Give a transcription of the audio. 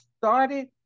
started